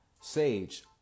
Sage